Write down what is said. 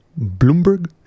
Bloomberg